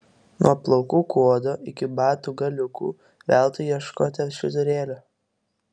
nuo plaukų kuodo iki batų galiukų veltui ieškote švyturėlio